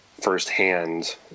firsthand